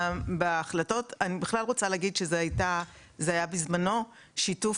אני רוצה להגיד שבזמנו זה היה שיתוף